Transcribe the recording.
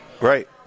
Right